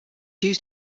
used